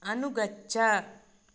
अनुगच्छ